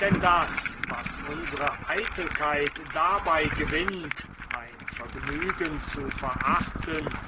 denn das was unsre eitelkeit dabei gewinnt ein vergnügen zu verachten